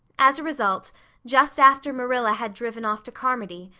as a result just after marilla had driven off to carmody,